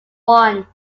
one